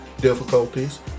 difficulties